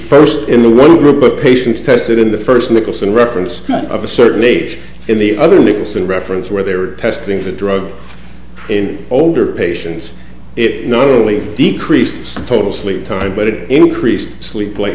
first in the one group of patients tested in the first nicholson reference of a certain age in the other nicholson reference where they were testing for a drug in older patients it not only decreased total sleep time but it increased sleep